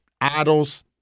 idols